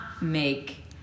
make